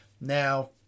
Now